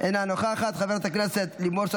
אינו נוכח, חברת הכנסת יסמין פרידמן,